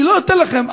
אני לא אתן לכם.